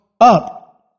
up